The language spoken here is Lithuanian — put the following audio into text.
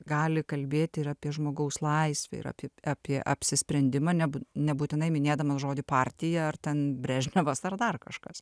gali kalbėti ir apie žmogaus laisvę ir apie apie apsisprendimą nebūt nebūtinai minėdamas žodį partija ar ten brežnevas ar dar kažkas